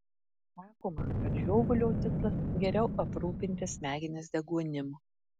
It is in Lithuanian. sakoma kad žiovulio tikslas geriau aprūpinti smegenis deguonim